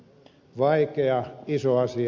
vaikea iso asia